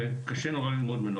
וקשה ללמוד מזה.